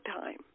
time